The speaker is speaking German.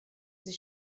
sie